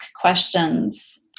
questions